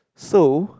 so